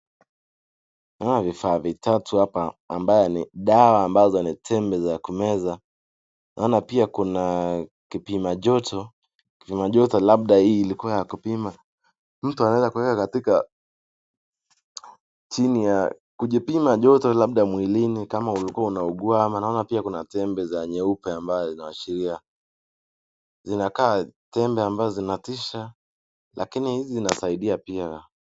Hapa vifaa vitatu hapa ambaye ni dawa ambazo ni tembe za kumeza. Naona pia kuna kipima joto. Kipima joto labda hii ilikuwa ya kupima. Mtu anaweza kuweka katika chini ya kujipima joto labda mwilini kama ulikuwa unaugua ama naona pia kuna tembe za nyeupe ambazo zinawakilisha zinakaa tembe ambazo zinatisha lakini hizi zinasaidia pia.